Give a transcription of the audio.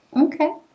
Okay